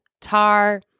Tar